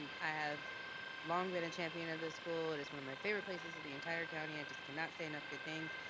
i have long been a champion of the school it is one of my favorite places in the entire county. i just cannot say enough good things.